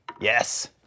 Yes